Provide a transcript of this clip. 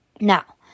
Now